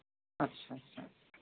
अच्छा अच्छा